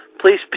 Please